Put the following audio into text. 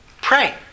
pray